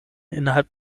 innerhalb